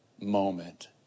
moment